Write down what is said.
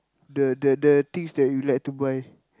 the the the things that you like to buy